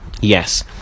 Yes